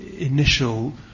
Initial